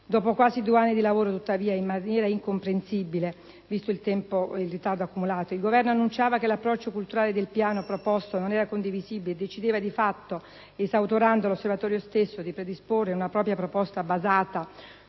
Dopo quasi due anni di lavoro, tuttavia, in maniera incomprensibile considerato anche il ritardo già accumulato, il Governo annunciava che l'approccio culturale del Piano proposto dall'Osservatorio non era condivisibile e decideva, di fatto esautorando l'Osservatorio stesso, di predisporre una propria proposta basata,